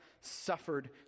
suffered